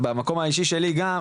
מהמקום האישי שלי גם,